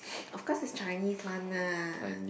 of course is Chinese one lah